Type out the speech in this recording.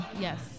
Yes